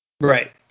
Right